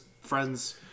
friends